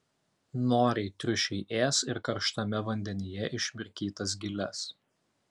noriai triušiai ės ir karštame vandenyje išmirkytas giles